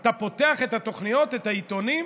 אתה פותח את התוכניות, את העיתונים,